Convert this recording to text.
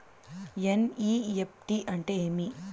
NEFT అంటే ఏమి